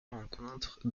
rencontres